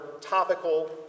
topical